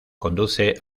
conduce